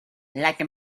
like